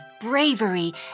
bravery